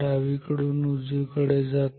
डावीकडून उजवीकडे जातो